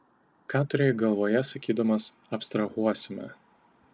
ką turėjai galvoje sakydamas abstrahuosime